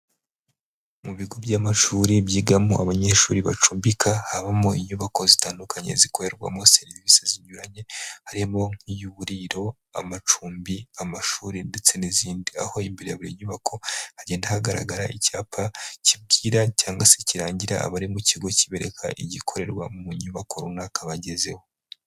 Mu bigo by'amashuri byigamo abanyeshuri bacumbika habamo inyubako zitandukanye zikorerwamo serivisi zinyuranye, harimo nk'iy'uburiro, amacumbi, amashuri ndetse n'izindi, aho imbere ya buri nyubako hagenda hagaragara icyapa kibwira cyanga se kirangira abari mu kigo kibereka igikorerwa mu nyubako runaka bagezeho.